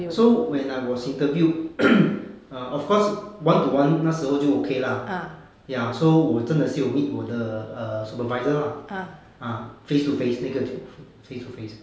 so when I was interviewed err of course one to one 那时候就 okay lah ya so 我真的是有 meet 我的 err supervisor lah ah face to face 那个就 face to face